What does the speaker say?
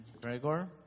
Gregor